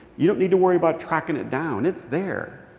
you don't need to worry about tracking it down. it's there.